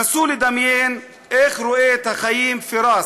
נסו לדמיין איך רואה את החיים פיראס,